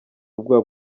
ubwoba